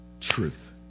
truth